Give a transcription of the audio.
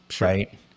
right